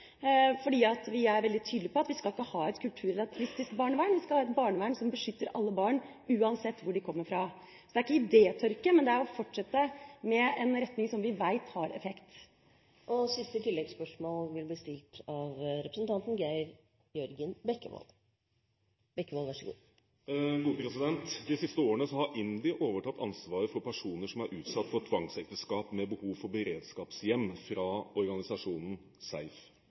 vi er veldig tydelige på at vi ikke skal ha et kulturrelativistisk barnevern. Vi skal ha et barnevern som beskytter alle barn, uansett hvor de kommer fra. Så det er ikke idétørke, men det er å fortsette med en retning som vi vet har effekt. Geir Jørgen Bekkevold – til siste oppfølgingsspørsmål. De siste årene har IMDi overtatt ansvaret for personer som er utsatt for tvangsekteskap med behov for beredskapshjem, fra organisasjonen SEIF.